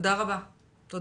תודה רבה אימאן.